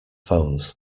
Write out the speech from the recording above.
phones